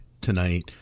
tonight